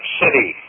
city